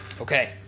Okay